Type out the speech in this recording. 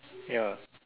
ya